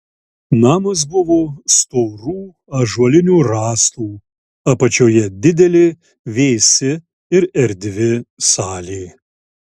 namas buvo storų ąžuolinių rąstų apačioje didelė vėsi ir erdvi salė